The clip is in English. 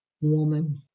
woman